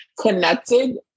connected